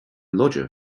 lodger